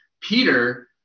Peter